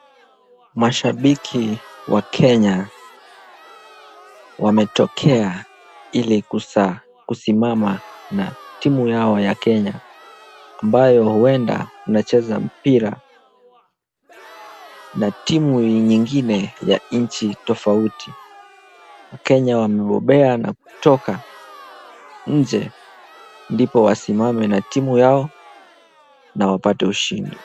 Mashabiki wa Kenya wametokea ili kusimama na timu yao ya Kenya, ambayo huenda inacheza mpira na timu nyingine ya nchi tofauti. Wakenya wamebobea na kutoka nje ndipo wasimame na timu yao na wapate ushindi.